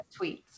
tweets